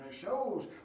shows